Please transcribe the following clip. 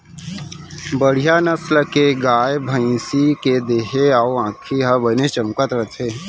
बड़िहा नसल के गाय, भँइसी के देहे अउ आँखी ह बने चमकत रथे